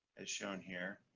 as shown here,